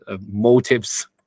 motives